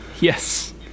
Yes